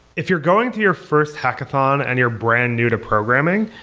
if you're going to your first hackathon and you're brand new to programming,